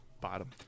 bottom